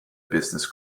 business